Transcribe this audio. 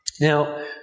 Now